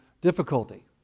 difficulty